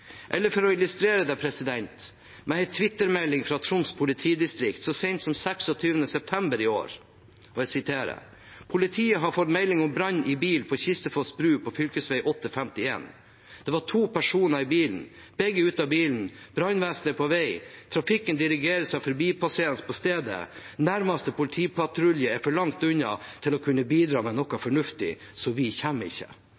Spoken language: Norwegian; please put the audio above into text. For å illustrere det med en Twitter-melding fra Troms politidistrikt så sent som 26. september i år: «Melding om brann i en bil på Kistefossbrua, fv 851. De to i bilen har kommet seg ut. Brannvesenet er på vei. Vegen er sperret av folk på stedet. Nærmeste politipatrulje er for langt unna til å kunne bidra med noe fornuftig, så vi kommer ikke.»